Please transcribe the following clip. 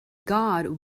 god